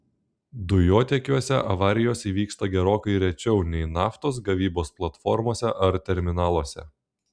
dujotiekiuose avarijos įvyksta gerokai rečiau nei naftos gavybos platformose ar terminaluose